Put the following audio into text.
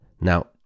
Now